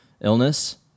illness